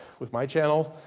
with my channel,